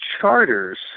charters